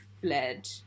fled